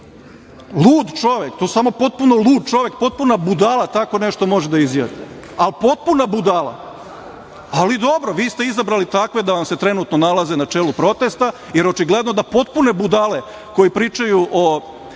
Lud čovek. To samo potpuno lud čovek, potpuna budala može tako nešto može da izjavi, ali potpuna budala. Ali, dobro, vi ste izabrali takve da vam se trenutno nalaze na čelu protesta, jer očigledno da potpune budale koje pričaju o